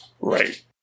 Right